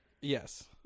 Yes